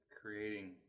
creating